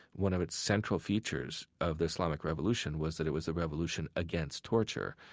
one of its central features of the islamic revolution, was that it was a revolution against torture,